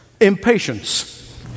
impatience